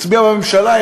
הצביע בממשלה,